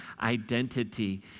identity